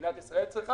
שמדינת ישראל צריכה,